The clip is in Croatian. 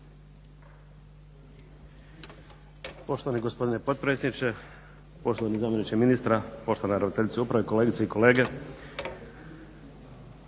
poštovani zamjeniče ministra, poštovani zamjeniče ministra, poštovana ravnateljice uprave, kolegice i kolege.